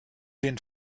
den